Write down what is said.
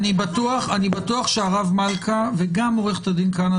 אני בטוח שהרב מלכא וגם עורכת הדין כהנא